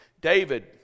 David